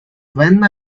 when